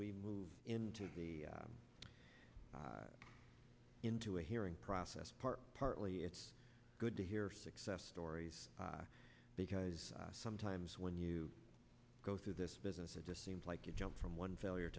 we move into the into a hearing process part partly it's good to hear success stories because sometimes when you go through this business it just seems like you jump from one failure